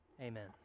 Amen